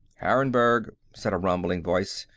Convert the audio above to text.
harrenburg, said a rumbling voice.